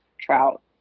trout